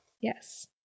Yes